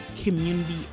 community